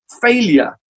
failure